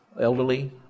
elderly